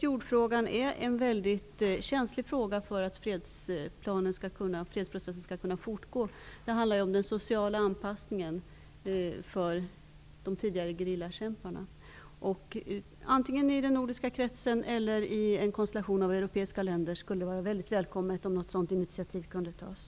Jordfrågan är känslig och har betydelse för att fredsprocessen skall fortgå. Det handlar om social anpassning för de tidigare gerillakämparna. Ett initiativ skulle vara välkommet, antingen i den nordiska kretsen eller i en konstellation av europeiska länder.